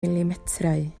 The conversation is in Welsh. milimetrau